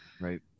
Right